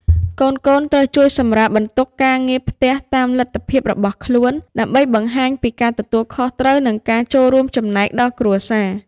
កូនៗត្រូវជួយសម្រាលបន្ទុកការងារផ្ទះតាមលទ្ធភាពរបស់ខ្លួន ដើម្បីបង្ហាញពីការទទួលខុសត្រូវ និងការរួមចំណែកដល់គ្រួសារ។